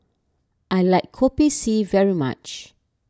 I like Kopi C very much